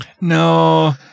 No